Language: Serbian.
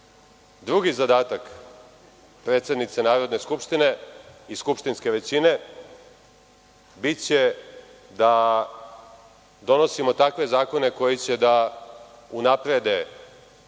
zadatak predsednice Narodne skupštine i skupštinske većine biće da donosimo takve zakone koji će da unaprede